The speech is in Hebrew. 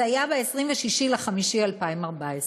זה היה ב-26 במאי 2014,